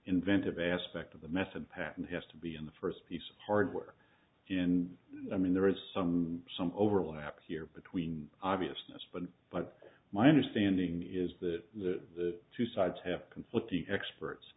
inventive aspect of the method patent has to be in the first piece of hardware in i mean there is some some overlap here between obviousness but but my understanding is that the two sides have conflicting experts